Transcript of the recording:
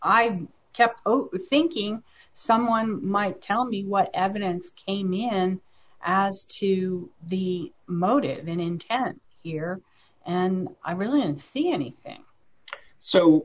i kept thinking someone might tell me what evidence came in as to the motive and intent here and i really didn't see any